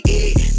eat